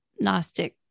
Gnostic